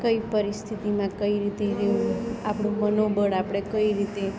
કઈ પરિસ્થિતિમાં કઈ રીતે રહેવું આપણું મનોબળ આપણે કઈ રીતે